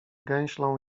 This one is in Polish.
gęślą